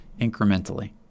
incrementally